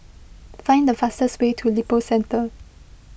find the fastest way to Lippo Centre